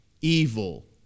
evil